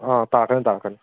ꯑꯥ ꯇꯥꯔꯛꯀꯅꯤ ꯇꯥꯔꯛꯀꯅꯤ